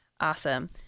Awesome